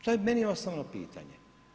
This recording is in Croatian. To je meni osnovno pitanje.